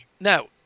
Now